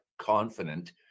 confident